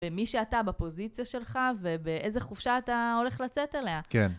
במי שאתה, בפוזיציה שלך, ובאיזו חופשה אתה הולך לצאת אליה. כן.